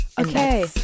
Okay